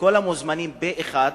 וכל המוזמנים פה-אחד